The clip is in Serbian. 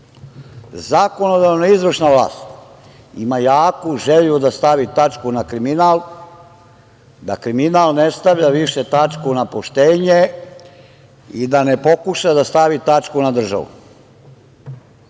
vlasti. Zakonodavna i izvršna vlast ima jaku želju da stavi tačku na kriminal, da kriminal ne stavlja više tačku na poštenje i da ne pokuša da stavi tačku na državu. Nisam